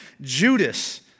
Judas